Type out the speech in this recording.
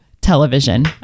television